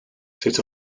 sut